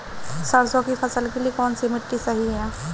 सरसों की फसल के लिए कौनसी मिट्टी सही हैं?